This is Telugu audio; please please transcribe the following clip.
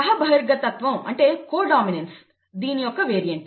సహా బహిర్గతత్వం అంటే కో డామినెన్స్ దీని యొక్క వేరియంట్